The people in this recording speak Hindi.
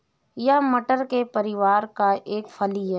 यह मटर के परिवार का एक फली है